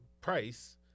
price